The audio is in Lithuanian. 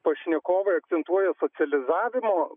pašnekovai akcentuoja specializavimo